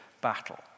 battle